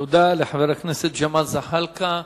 תודה לחבר הכנסת ג'מאל זחאלקה.